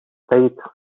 stayed